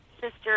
sister